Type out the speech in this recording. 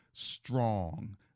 strong